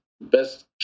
best